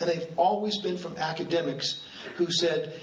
they've always been from academics who've said,